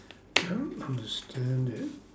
don't understand it